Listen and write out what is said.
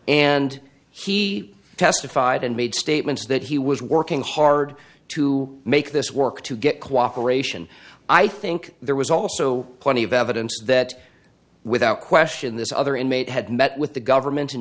and he testified and made statements that he was working hard to make this work to get cooperation i think there was also plenty of evidence that without question this other inmate had met with the government in